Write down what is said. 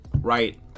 right